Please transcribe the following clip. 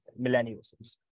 millennials